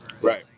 Right